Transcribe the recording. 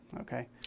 Okay